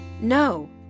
No